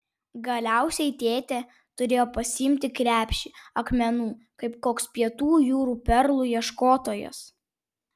galiausiai tėtė turėjo pasiimti krepšį akmenų kaip koks pietų jūrų perlų ieškotojas